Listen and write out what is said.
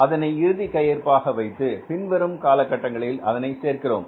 அதனை இறுதி கையிருப்பாக வைத்து பின்வரும் காலகட்டங்களில் அதனை சேர்க்கிறோம்